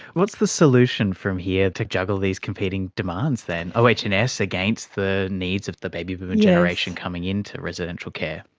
what's the solution from here to juggle these competing demands then, oh and s against the needs of the baby boomer generation coming into residential care?